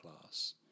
class